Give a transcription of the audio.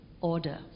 order